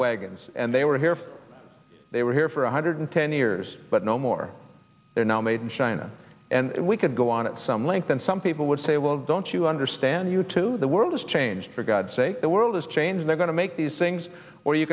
wagons and they were here they were here for one hundred ten years but no more they're now made in china and we could go on at some length and some people would say well don't you understand you to the world has changed for god's sake the world is changing they're going to make these things or you